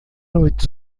noite